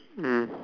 mm